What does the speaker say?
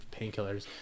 painkillers